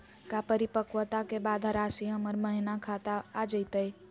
का परिपक्वता के बाद रासी हमर खाता महिना आ जइतई?